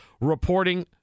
reporting